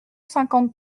cinquante